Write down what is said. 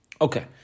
Okay